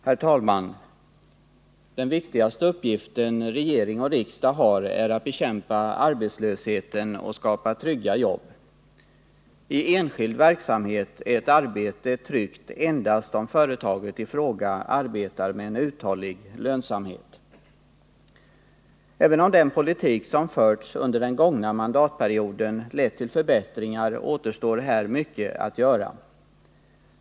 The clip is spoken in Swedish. Herr talman! Den viktigaste uppgift regering och riksdag har är att bekämpa arbetslösheten och skapa trygga jobb. I enskild verksamhet är ett arbete tryggt endast om företaget i fråga arbetar med en uthållig lönsamhet. Även om den politik som förts under den gångna mandatperioden lett till förbättringar, återstår här mycket att göra.